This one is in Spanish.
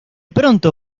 pronto